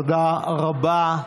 תודה רבה.